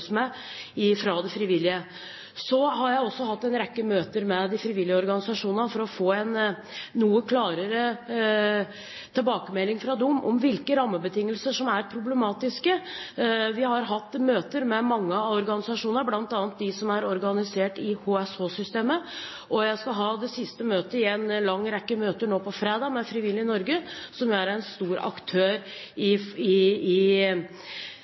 det de jobber med. Så har jeg også hatt en rekke møter med de frivillige organisasjonene for å få en noe klarere tilbakemelding fra dem om hvilke rammebetingelser som er problematiske. Vi har hatt møter med mange av organisasjonene, bl.a. med dem som er organisert i HSH-systemet. Jeg skal ha det siste møtet i en lang rekke møter nå på fredag med Frivillighet-Norge, som er en stor aktør i